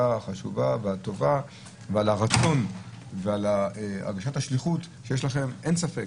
החשובה והטובה ועל הרצון והל הרגשת השליחות שיש לכם ללא ספק.